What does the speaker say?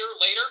later